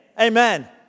Amen